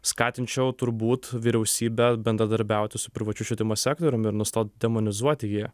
skatinčiau turbūt vyriausybę bendradarbiauti su privačiu švietimo sektorium ir nustot demonizuoti jį